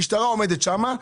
המשטרה עומדת שם,